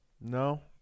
no